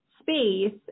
space